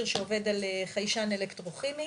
שעובד על חיישן אלקטרוכימי,